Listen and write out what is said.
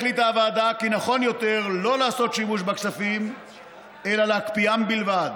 החליטה הוועדה כי נכון יותר לא לעשות שימוש בכספים אלא להקפיאם בלבד,